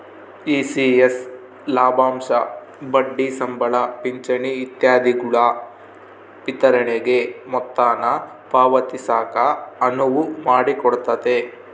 ECS ಲಾಭಾಂಶ ಬಡ್ಡಿ ಸಂಬಳ ಪಿಂಚಣಿ ಇತ್ಯಾದಿಗುಳ ವಿತರಣೆಗೆ ಮೊತ್ತಾನ ಪಾವತಿಸಾಕ ಅನುವು ಮಾಡಿಕೊಡ್ತತೆ